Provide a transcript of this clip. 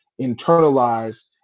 internalize